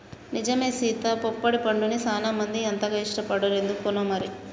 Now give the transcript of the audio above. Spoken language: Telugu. నిజమే సీత పొప్పడి పండుని సానా మంది అంతగా ఇష్టపడరు ఎందుకనో మరి